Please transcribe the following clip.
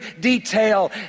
detail